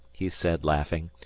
he said laughing,